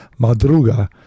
madruga